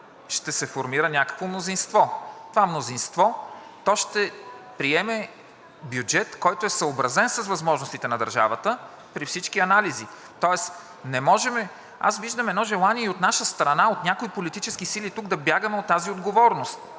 ще се формира някакво мнозинство. Това мнозинство, то ще приеме бюджет, който е съобразен с възможностите на държавата при всички анализи. Аз виждам едно желание и от наша страна, от някои политически сили тук, да бягаме от тази отговорност,